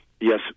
Yes